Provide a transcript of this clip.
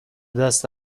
دست